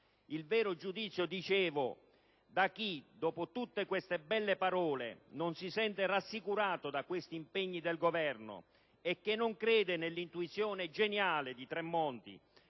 il vero giudizio di chi, dopo tutte queste belle parole, non si sente rassicurato da questi impegni del Governo e non crede nell'intuizione geniale di Tremonti